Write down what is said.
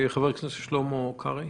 חבר הכנסת שלמה קרעי.